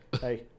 hey